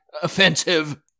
offensive